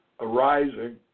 arising